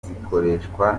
zikoreshwa